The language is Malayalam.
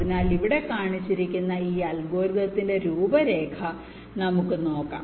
അതിനാൽ ഇവിടെ കാണിച്ചിരിക്കുന്ന ഈ അൽഗോരിതത്തിന്റെ രൂപരേഖ നമുക്ക് നോക്കാം